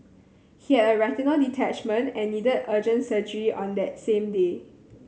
he had a retinal detachment and needed urgent surgery on the same day